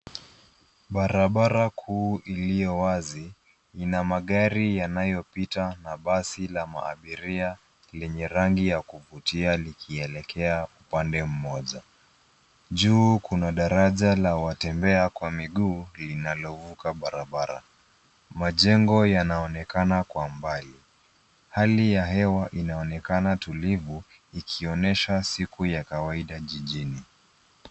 Barabara kuu iliyo wazi ina magari yanayopita na basi la maabiria lenye rangi ya kuvutia likielekea upande mmoja. Juu kuna daraja la watembea kwa miguu linalovuka barabara. Majengo yanaonekana kwa mbali. Hali ya hewa inaonekana tulivu, ikionyesha siku ya kawaida jijini.